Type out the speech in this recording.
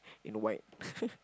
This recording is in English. in a white